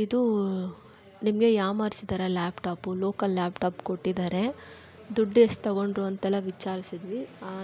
ಇದೂ ನಿಮಗೆ ಯಾಮಾರಿಸಿದರೆ laptop local laptop ಕೊಟ್ಟಿದ್ದಾರೆ ದುಡ್ಡು ಎಷ್ಟು ತಗೊಂಡರು ಅಂತೆಲ್ಲ ವಿಚಾರಿಸಿದ್ವಿ